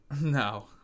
No